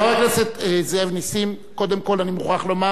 חבר הכנסת זאב נסים, קודם כול, אני מוכרח לומר